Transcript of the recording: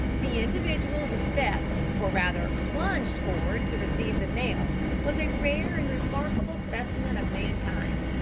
the individual who stepped, or rather plunged forward to receive the nail was a rare and remarkable specimen of mankind.